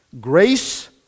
Grace